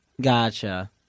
Gotcha